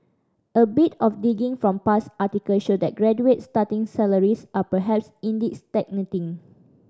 a bit of digging from past articles show that graduate starting salaries are perhaps indeed stagnating